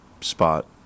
spot